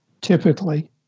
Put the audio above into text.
typically